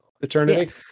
eternity